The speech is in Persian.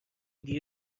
دیگه